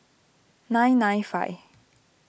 nine nine five